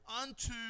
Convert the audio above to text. unto